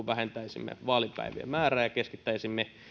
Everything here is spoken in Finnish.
vähentäisimme vaalipäivien määrää ja keskittäisimme